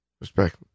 Respect